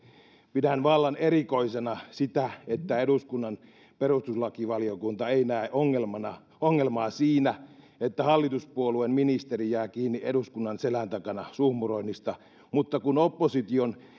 pidän vallan erikoisena sitä että eduskunnan perustuslakivaliokunta ei näe ongelmaa ongelmaa siinä että hallituspuolueen ministeri jää kiinni eduskunnan selän takana suhmuroinnista mutta kun opposition